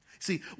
See